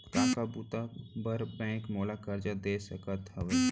का का बुता बर बैंक मोला करजा दे सकत हवे?